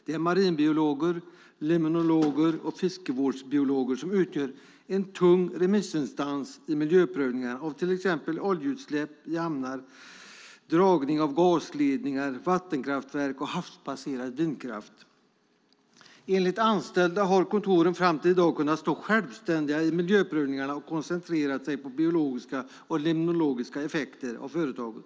Det är marinbiologer, limnologer och fiskevårdsbiologer, och de utgör en tung remissinstans i miljöprövningar av till exempel oljeutsläpp i hamnar, dragning av gasledningar samt placering av vattenkraftverk och havsbaserad vindkraft. Enligt anställda har kontoren fram till i dag stått självständiga i miljöprövningarna och koncentrerat sig på biologiska och limnologiska effekter av företagen.